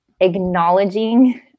acknowledging